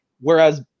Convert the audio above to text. Whereas